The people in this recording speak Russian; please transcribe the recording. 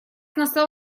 настал